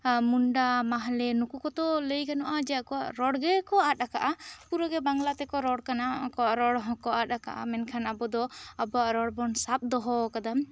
ᱢᱩᱱᱰᱟ ᱢᱟᱦᱞᱮ ᱱᱩᱠᱩ ᱠᱚᱛᱚ ᱞᱟᱹᱭ ᱜᱟᱱᱚᱜᱼᱟ ᱡᱮ ᱟᱠᱚᱣᱟᱜ ᱨᱚᱲ ᱜᱮ ᱠᱚ ᱟᱫ ᱠᱟᱜᱼᱟ ᱯᱩᱨᱟ ᱜᱮ ᱵᱟᱝᱞᱟ ᱛᱮᱠᱚ ᱨᱚᱲ ᱠᱟᱱᱟ ᱟᱠᱚᱣᱟᱜ ᱨᱚᱲ ᱦᱚᱸ ᱠᱚ ᱟᱫ ᱠᱟᱜᱼᱟ ᱢᱮᱱᱠᱷᱟᱱ ᱟᱵᱚ ᱫᱚ ᱟᱵᱚᱣᱟᱜ ᱨᱚᱲ ᱵᱚᱱ ᱥᱟᱵ ᱫᱚᱦᱚ ᱠᱟᱫᱟ